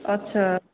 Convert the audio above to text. अच्छा